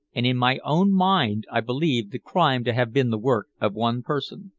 and in my own mind i believed the crime to have been the work of one person.